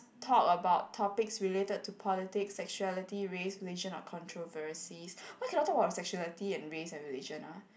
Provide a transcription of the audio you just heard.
talk about topics related to politics sexuality race religion or controversy why cannot talk about sexuality and race and religion ah